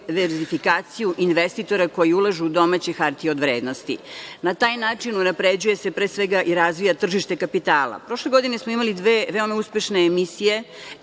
diversifikaciju investitora koji ulažu u domaće hartije od vrednosti. Na taj način se unapređuje i razvija tržište kapitala. Prošle godine smo imali dve veoma uspešne emisije